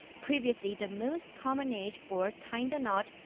previously the most common age for tying the knot,